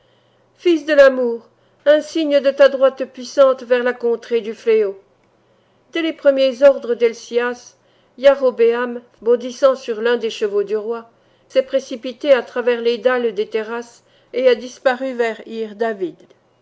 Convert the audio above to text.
fils de l'amour un signe de ta droite puissante vers la contrée du fléau dès les premiers ordres d'helcias iarobëam bondissant sur l'un des chevaux du roi s'est précipité à travers les dalles des terrasses et a disparu vers ir david